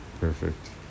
Perfect